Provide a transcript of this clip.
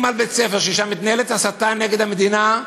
על בית-ספר ששם מתנהלת הסתה נגד המדינה,